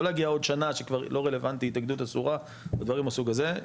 לא להגיע עוד שנה שכבר לא רלוונטי התאגדות אסורה ודברים מהסוג הזה,